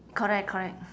correct correct